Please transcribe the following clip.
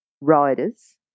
riders